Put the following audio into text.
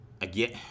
again